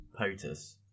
POTUS